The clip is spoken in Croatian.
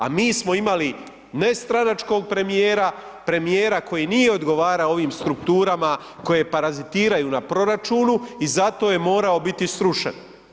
A mi smo imali nestranačkog premijera, premijera koji nije odgovarao ovim strukturama koje paratiziraju na proračunu i zato je morao biti srušen.